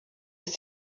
ist